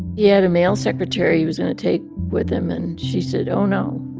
yeah had a male secretary he was going to take with him, and she said, oh, no.